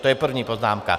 To je první poznámka.